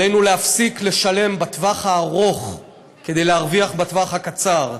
עלינו להפסיק לשלם בטווח הארוך כדי להרוויח בטווח הקצר,